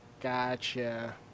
Gotcha